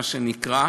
מה שנקרא,